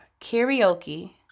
Karaoke